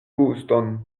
guston